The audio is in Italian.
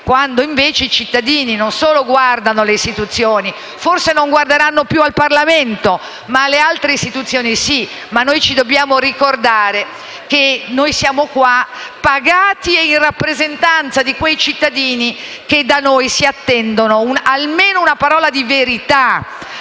è vero che i cittadini non guardano alle istituzioni; forse non guarderanno più al Parlamento, ma alle altre istituzioni sì, e noi dobbiamo ricordarci che siamo qui, pagati, in rappresentanza di quei cittadini che da noi si attendono almeno una parola di verità,